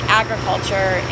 agriculture